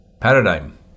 Paradigm